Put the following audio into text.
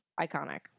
Iconic